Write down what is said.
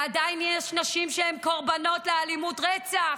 ועדיין יש נשים שהן קורבנות לאלימות רצח.